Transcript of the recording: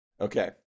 Okay